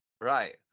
Right